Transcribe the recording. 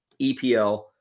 EPL